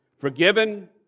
forgiven